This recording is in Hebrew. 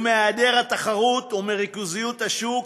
מהיעדר תחרות ומריכוזיות השוק